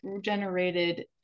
generated